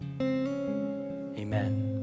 Amen